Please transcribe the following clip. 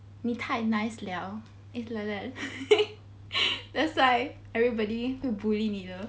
你太 nice liao it's like that that's why everybody bully 你的